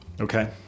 Okay